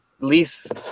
least